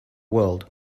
world